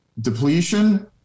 depletion